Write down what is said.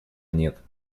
нет